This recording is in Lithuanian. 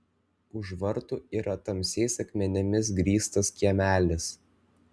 už vartų yra tamsiais akmenimis grįstas kiemelis